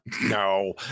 No